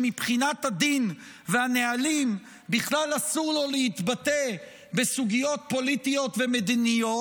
שמבחינת הדין והנהלים בכלל אסור לו להתבטא בסוגיות פוליטיות ומדיניות,